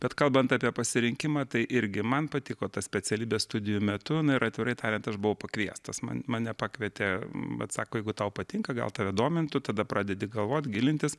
bet kalbant apie pasirinkimą tai irgi man patiko tas specialybė studijų metu na ir atvirai tariant aš buvau pakviestas man mane pakvietė vat sako jeigu tau patinka gal tave domintų tada pradedi galvot gilintis